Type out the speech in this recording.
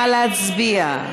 נא להצביע.